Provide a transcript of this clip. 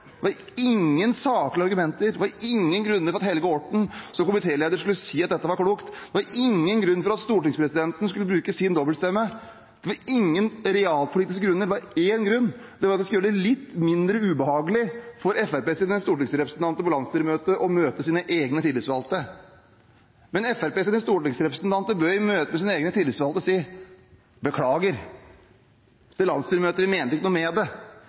Det var ingen saklige argumenter, ingen grunner til at komitéleder Helge Orten skulle si at dette var klokt. Det var ingen grunn til at stortingspresidenten skulle bruke sin dobbeltstemme. Det var ingen realpolitiske grunner. Det var én grunn, og det var at det skulle gjøre det litt mindre ubehagelig for Fremskrittspartiets stortingsrepresentanter på landsstyremøtet å møte sine egne tillitsvalgte. Men Fremskrittspartiets stortingsrepresentanter bør jo møte sine egne tillitsvalgte og si beklager til landsstyremøtet: Vi mente ikke noe med det,